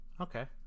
Okay